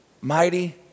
mighty